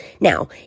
Now